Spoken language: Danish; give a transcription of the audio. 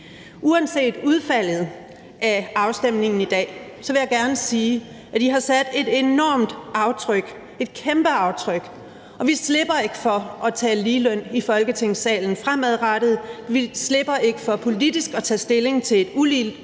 Uanset udfaldet af afstemningen i dag vil jeg gerne sige, at I har sat et enormt aftryk, et kæmpe aftryk, og vi slipper ikke for at tale ligeløn i Folketingssalen fremadrettet. Vi slipper ikke for politisk at tage stilling til et